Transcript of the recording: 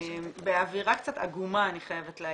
באווירה קצת עגומה, אני חייבת להגיד.